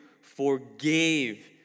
forgave